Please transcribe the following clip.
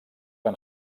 van